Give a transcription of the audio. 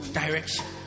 direction